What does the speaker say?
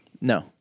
No